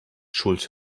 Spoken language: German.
schuld